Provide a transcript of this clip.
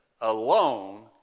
alone